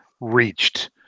reached –